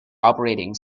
operating